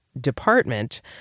department